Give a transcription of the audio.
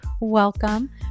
welcome